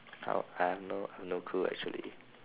I have no no clue actually